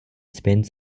spins